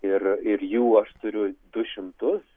ir ir jų aš turiu du šimtus